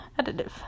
Additive